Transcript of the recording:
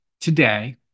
today